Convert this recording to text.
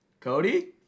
Cody